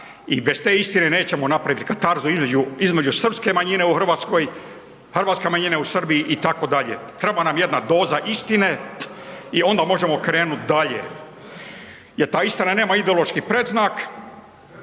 i bez te istine nećemo napred, katarzu između, između srpske manjine u RH, hrvatska manjina u Srbiji itd. Treba nam jedna doza istine i onda možemo krenut dalje jel ta istina nema ideološki predznak.